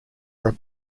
are